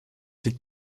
liegt